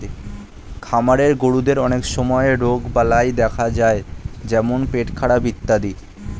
খামারের গরুদের অনেক সময় রোগবালাই দেখা যায় যেমন পেটখারাপ ইত্যাদি